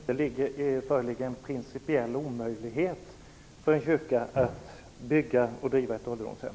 Fru talman! Jag tolkar svaret som att det inte är principiellt omöjligt för en kyrka att bygga och driva ett ålderdomshem.